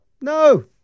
No